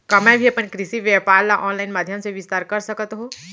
का मैं भी अपन कृषि व्यापार ल ऑनलाइन माधयम से विस्तार कर सकत हो?